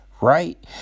Right